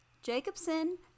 Jacobson